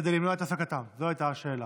כדי למנוע את העסקתם, זו הייתה השאלה.